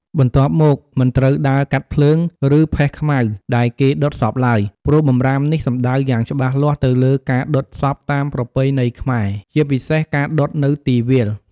បន្ទាប់មក មិនត្រូវដើរកាត់ភ្លើង ឬផេះខ្មៅដែលគេដុតសពឡើយ ព្រោះបម្រាមនេះសំដៅយ៉ាងច្បាស់លាស់ទៅលើការដុតសពតាមប្រពៃណីខ្មែរ ជាពិសេសការដុតនៅទីវាល។